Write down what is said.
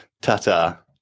Ta-ta